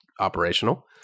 operational